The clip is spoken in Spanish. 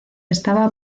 estaba